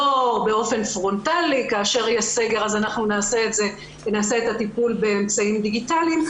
אמנם כשיש סגר אנחנו נעשה את הטיפול באמצעים דיגיטליים,